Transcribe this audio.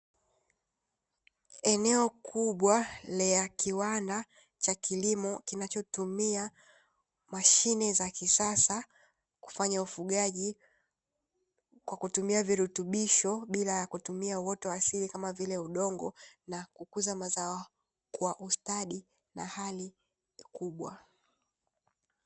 Eneo kubwa la kiwanda cha kilimo, kinachotumia mashine za kisasa kufanya ufugaji kwa kutumia virutubisho bila kutumia uoto wa asili, kama vile udongo na kukuza mazao kwa ustadi na hali kubwa.